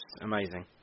amazing